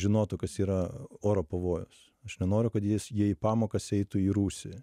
žinotų kas yra oro pavojus aš nenoriu kad jis jie į pamokas eitų į rūsį